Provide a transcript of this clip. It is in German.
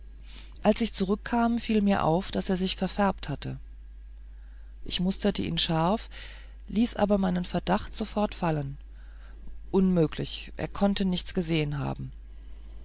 als ich zurückkam fiel mir auf daß er sich verfärbt hatte ich musterte ihn scharf ließ aber meinen verdacht sofort fallen unmöglich er konnte nichts gesehen haben